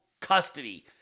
custody